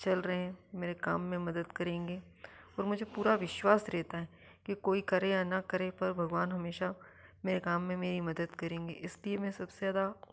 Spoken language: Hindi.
चल रहे हैं मेरे काम में काम में मदत करेंगे और मुझे पूरा विश्वास रहता है कि कोई करे या न करे पर भगवान हमेशा मेरे काम में मेरी मदद करेंगे इसलिए मैं सबसे ज़्यादा